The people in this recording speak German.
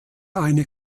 eine